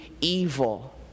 evil